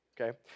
okay